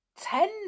ten